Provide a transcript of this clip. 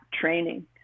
training